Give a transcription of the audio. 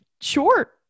sure